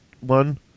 one